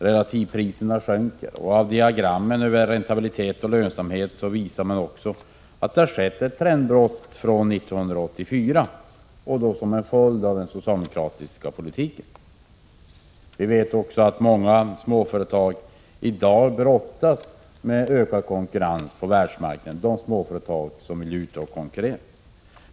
Relativpriserna sjunker, och i diagrammen över räntabilitet och lönsamhet finner man också att det har skett ett trendbrott från 1984 — som en följd av den socialdemokratiska politiken. Vi vet också att många småföretag i dag brottas med ökad konkurrens på världsmarknaden.